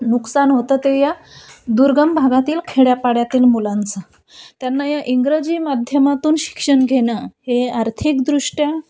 नुकसान होतं ते या दुर्गम भागातील खेड्यापाड्यातील मुलांचं त्यांना या इंग्रजी माध्यमातून शिक्षण घेणं हे आर्थिकदृष्ट्या